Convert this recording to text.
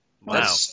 Wow